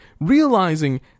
realizing